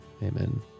Amen